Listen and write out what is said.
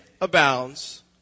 abounds